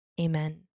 amen